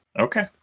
Okay